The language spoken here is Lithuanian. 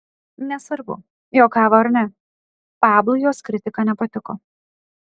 nesvarbu juokavo ar ne pablui jos kritika nepatiko